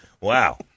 Wow